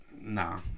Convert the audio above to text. nah